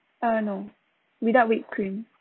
uh no without whipped cream